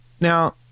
Now